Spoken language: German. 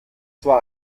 zwar